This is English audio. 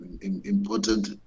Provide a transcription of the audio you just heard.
important